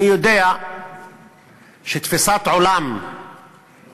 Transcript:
אני יודע שתפיסת עולם דמוקרטית,